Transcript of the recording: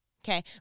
Okay